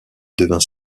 devint